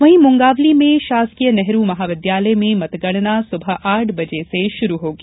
वहीं मुंगावली में शासकीय नेहरू महाविद्यालय में मतगणना सुबह आठ बजे से शुरू होगी